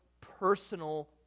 personal